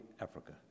Africa